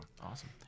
awesome